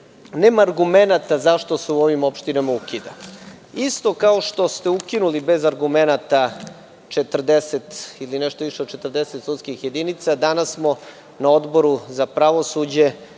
argumenata zašto se u ovim opštinama ukida. Isto kao što ste ukinuli bez argumenata nešto više od 40 sudskih jedinica, danas smo na Odboru za pravosuđe